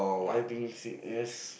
I think sick yes